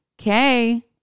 Okay